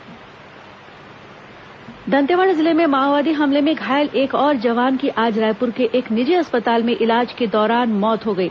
मुठभेड़ जवान शहीद दंतेवाड़ा जिले में माओवादी हमले में घायल एक और जवान की आज रायपुर के एक निजी अस्पताल में इलाज के दौरान मौत हो गई